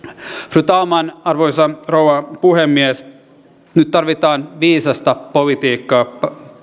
fru talman arvoisa rouva puhemies nyt tarvitaan viisasta politiikkaa